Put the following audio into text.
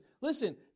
listen